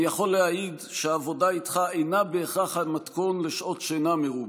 אני יכול להעיד שהעבודה איתך אינה בהכרח המתכון לשעות שינה מרובות,